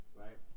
right